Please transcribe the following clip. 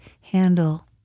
handle